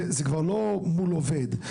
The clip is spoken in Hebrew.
זה כבר לא מול עובד.